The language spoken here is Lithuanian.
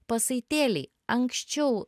pasaitėliai anksčiau